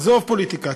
עזוב פוליטיקה.